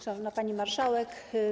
Szanowna Pani Marszałek!